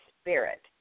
spirit